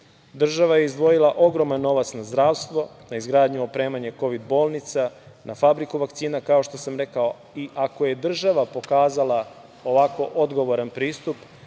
Država je izdvojila ogroman novac na zdravstvo, na izgradnju i opremanje kovid bolnica, na fabriku vakcina, kao što sam rekao, i ako je država pokazala ovako odgovoran pristup